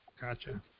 Gotcha